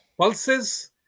pulses